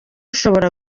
ushobora